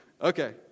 Okay